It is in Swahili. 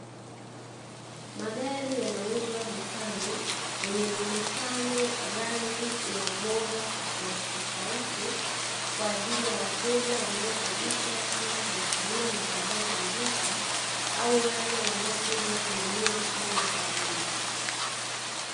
Magari yanauzwa dukani yenye muonekano rangi na ubora tofauti tofauti kwa ajili ya wateja wanaokodisha kwenda kuyatumia na baadaye kurudisha au wale wanaokuja kununua moja kwa moja.